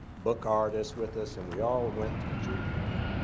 book artists with us and we all went julie mcgee.